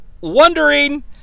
wondering